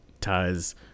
ties